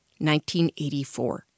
1984